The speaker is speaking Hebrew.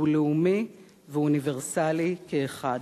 שהוא לאומי ואוניברסלי כאחד.